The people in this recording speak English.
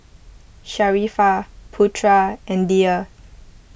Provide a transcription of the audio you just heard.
Sharifah Putra and Dhia